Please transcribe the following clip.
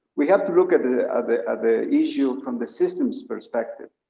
we have to look at ah ah the the issue from the system's perspective.